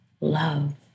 love